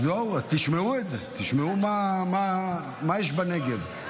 אז תשמעו מה יש בנגב.